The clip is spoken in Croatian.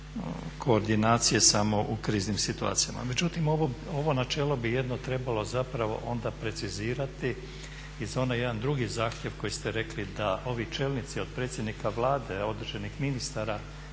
koordinacije samo u kriznim situacijama. Međutim, ovo načelo bi jedno trebalo zapravo onda precizirati jer se onaj jedan drugi zahtjev koji ste rekli da ovi čelnici od predsjednika Vlade, određenih ministara